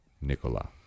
Nicola